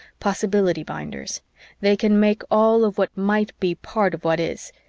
possibility-binders they can make all of what might be part of what is,